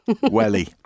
Welly